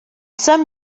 some